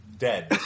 Dead